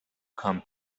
come